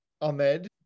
Ahmed